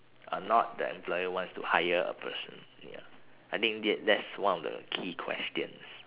or not the employer wants to hire a person ya I think th~ that's one of the key questions